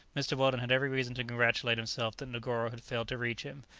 mr. weldon had every reason to congratulate himself that negoro had failed to reach him.